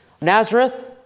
Nazareth